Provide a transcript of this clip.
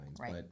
Right